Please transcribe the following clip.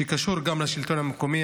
שקשור גם לשלטון המקומי.